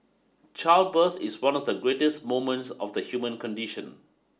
childbirth is one of the greatest moments of the human condition